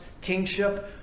kingship